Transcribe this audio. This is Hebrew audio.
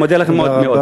אני מודה לכם מאוד מאוד.